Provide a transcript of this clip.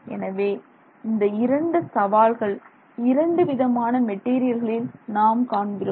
எனவே இந்த இரண்டு சவால்கள் இரண்டு விதமான மெட்டீரியல்களில் நாம் காண்கிறோம்